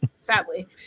Sadly